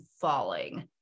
falling